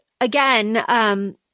again